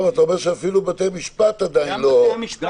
אתה אומר שאפילו בתי משפט עדיין לא --- גם בתי המשפט.